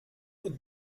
und